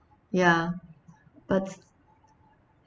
ya but